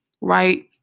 right